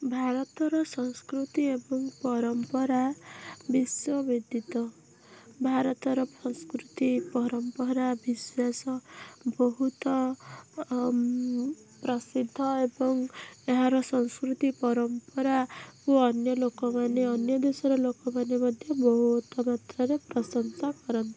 ଭାରତର ସଂସ୍କୃତି ଏବଂ ପରମ୍ପରା ବିଶ୍ଵବିଦିତ ଭାରତର ସଂସ୍କୃତି ପରମ୍ପରା ବିଶ୍ଵାସ ବହୁତ ପ୍ରସିଦ୍ଧ ଏବଂ ଏହାର ସଂସ୍କୃତି ପରମ୍ପରାକୁ ଅନ୍ୟ ଲୋକମାନେ ଅନ୍ୟ ଦେଶର ଲୋକମାନେ ମଧ୍ୟ ବହୁତ ମାତ୍ରାରେ ପ୍ରଶଂସା କରନ୍ତି